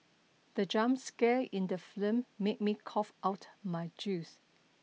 the jump scare in the film made me cough out my juice